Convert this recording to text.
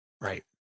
Right